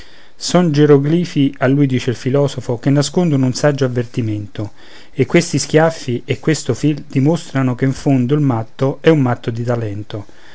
son geroglifi a lui dice il filosofo che nascondono un saggio avvertimento e questi schiaffi e questo fil dimostrano che in fondo il matto è un matto di talento